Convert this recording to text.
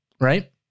Right